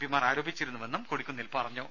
പിമാർ ആരോപിച്ചിരുന്നുവെന്നും കൊടിക്കുന്നിൽ പറഞ്ഞു